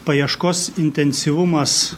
paieškos intensyvumas